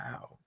Wow